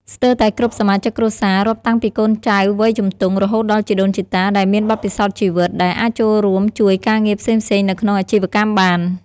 ស្ទើរតែគ្រប់សមាជិកគ្រួសារ រាប់តាំងពីកូនចៅវ័យជំទង់ រហូតដល់ជីដូនជីតាដែលមានបទពិសោធន៍ជីវិត ដែលអាចចូលរួមជួយការងារផ្សេងៗនៅក្នុងអាជីវកម្មបាន។